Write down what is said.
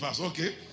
Okay